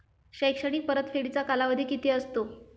शैक्षणिक परतफेडीचा कालावधी किती असतो?